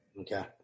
Okay